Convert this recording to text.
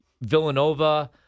Villanova